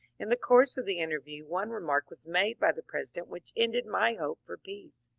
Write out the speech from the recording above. in the course of the interview one remark was made by the president which ended my hope for peace.